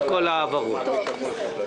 בבקשה, חבר הכנסת מרגי.